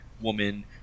woman